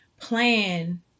plan